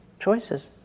choices